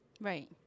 Right